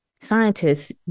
scientists